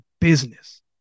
business